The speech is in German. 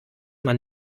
man